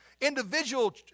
individual